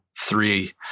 three